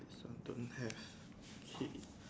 some don't have so okay